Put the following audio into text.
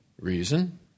reason